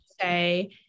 say